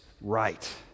right